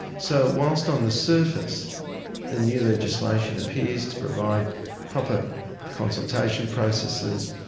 so whilst on the surface the new legislation appears to provide proper consultation processes,